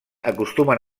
acostumen